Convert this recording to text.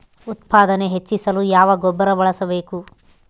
ಉತ್ಪಾದನೆ ಹೆಚ್ಚಿಸಲು ಯಾವ ಗೊಬ್ಬರ ಬಳಸಬೇಕು?